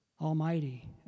Almighty